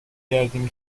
کردیم